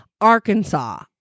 Arkansas